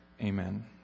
Amen